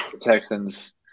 Texans